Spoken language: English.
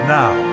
now